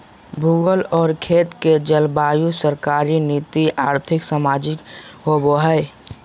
भूगोल और खेत के जलवायु सरकारी नीति और्थिक, सामाजिक होबैय हइ